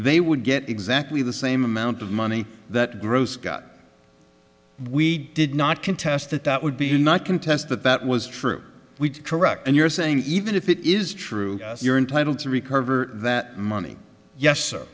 they would get exactly the same amount of money that gross got we did not contest that that would be not contest that that was true we correct and you're saying even if it is true you're entitled to recover that money yes